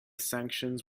sanctions